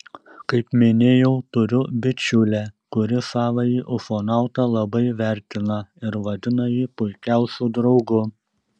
kaip minėjau turiu bičiulę kuri savąjį ufonautą labai vertina ir vadina jį puikiausiu draugu